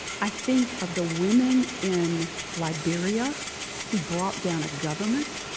i think of the women in liberia who brought down a government.